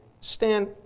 stand